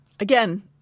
Again